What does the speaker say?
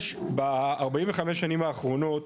יש ב-45 שנים האחרונות,